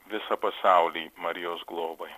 visą pasaulį marijos globai